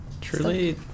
Truly